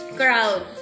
crowd